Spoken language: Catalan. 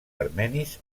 armenis